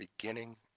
beginning